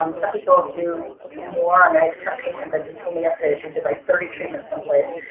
um some people do more. i mean i just had a patient that just told me i said she did like thirty treatments someplace,